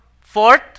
Fourth